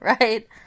right